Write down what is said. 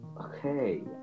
Okay